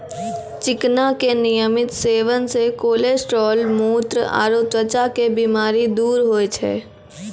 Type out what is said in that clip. चिकना के नियमित सेवन से कोलेस्ट्रॉल, मुत्र आरो त्वचा के बीमारी दूर होय छै